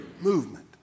movement